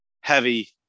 heavy